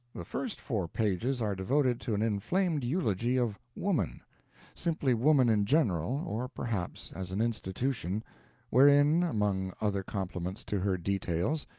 the first four pages are devoted to an inflamed eulogy of woman simply woman in general, or perhaps as an institution wherein, among other compliments to her details,